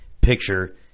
picture